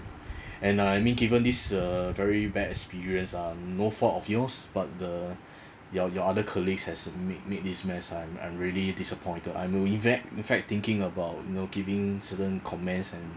and I mean given this uh very bad experience um no fault of yours but uh your your other colleagues has made made this mess I'm I'm really disappointed I know in fact in fact thinking about you know giving certain comments and